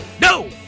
No